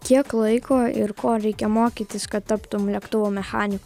kiek laiko ir ko reikia mokytis kad taptum lėktuvų mechaniku